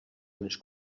unes